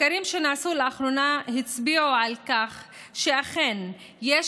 מחקרים שנעשו לאחרונה הצביעו על כך שאכן יש